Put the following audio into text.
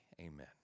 Amen